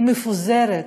הוא מפוזר,